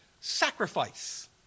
sacrifice